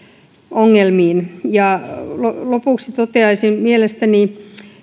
ongelmiin lopuksi toteaisin että mielestäni